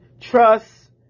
trust